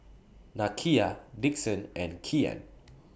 Nakia Dixon and Kian